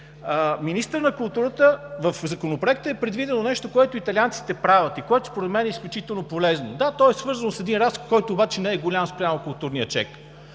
отношение на афиша. В Законопроекта е предвидено нещо, което италианците правят и което според мен е изключително полезно. Да, то е свързано с един разход, който обаче не е голям спрямо културния чек.